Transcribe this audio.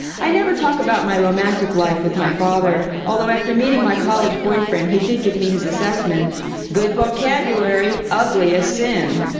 i never talk about my romantic life with my father, although after meeting my college boyfriend, he did give me his assessment good vocabulary, ugly as sin.